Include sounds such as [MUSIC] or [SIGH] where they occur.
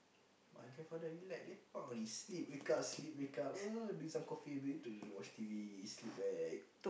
my grandfather relax lepak only sleep wake up sleep wake up [NOISE] drink some coffee a bit [NOISE] watch T_V sleep back